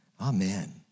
amen